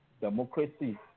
democracy